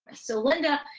so linda,